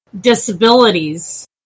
disabilities